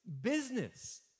business